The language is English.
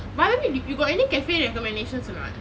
by the way you got any cafe recommendations or not